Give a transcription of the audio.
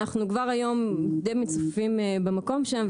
אנחנו כבר היום די מצופפים במקום שם.